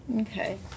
Okay